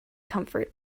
comfort